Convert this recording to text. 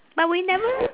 but we never